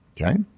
Okay